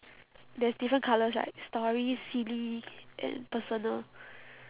there's different colours right story silly and personal